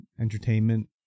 entertainment